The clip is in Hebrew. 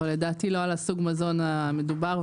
אבל לא על סוג המזון המדובר.